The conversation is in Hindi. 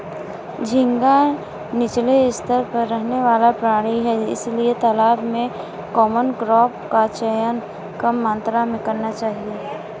झींगा नीचले स्तर पर रहने वाला प्राणी है इसलिए तालाब में कॉमन क्रॉप का चयन कम मात्रा में करना चाहिए